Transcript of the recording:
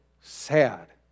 sad